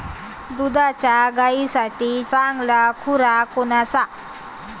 दुधाच्या गायीसाठी चांगला खुराक कोनचा?